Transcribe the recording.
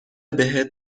بهت